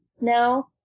now